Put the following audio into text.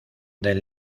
del